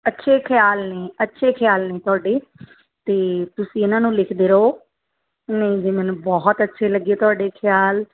ਅੱਛੇ ਖਿਆਲ ਨੇ ਅੱਛੇ ਖਿਆਲ ਨੇ ਤੁਹਾਡੇ ਅਤੇ ਤੁਸੀਂ ਇਹਨਾਂ ਨੂੰ ਲਿਖਦੇ ਰਹੋ ਨਹੀਂ ਜੀ ਮੈਨੂੰ ਬਹੁਤ ਅੱਛੇ ਲੱਗੇ ਤੁਹਾਡੇ ਖਿਆਲ